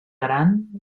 aran